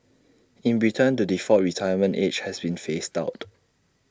in Britain the default retirement age has been phased out